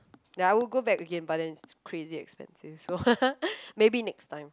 ya I would go back again but then it's crazy expensive so maybe next time